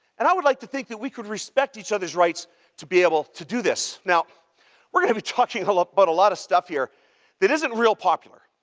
and i would like to think that we could respect each other's rights to be able to do this. now we're going to be talking ah about but a lot of stuff here that isn't real popular.